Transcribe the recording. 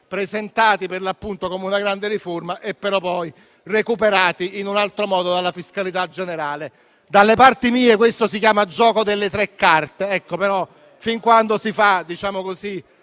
presentati per l'appunto come una grande riforma ma poi recuperati in un altro modo, dalla fiscalità generale. Dalle parti mie, questo si chiama gioco delle tre carte e fin quando lo si fa in qualche